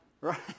Right